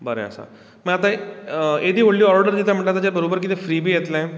बरें आसा म्हणजे आता येदी व्हडली ओर्डर दिता म्हणल्यार तेच्या बरोबर कितें फ्री बी येतलें